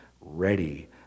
ready